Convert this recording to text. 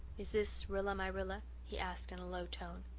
is this rilla-my-rilla? he asked in a low tone.